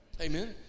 Amen